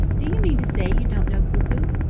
do you mean to say you don't know cuckoo?